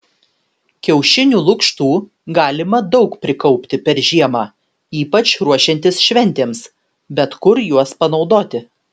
kiaušinių lukštų galima daug prikaupti per žiemą ypač ruošiantis šventėms bet kur juos panaudoti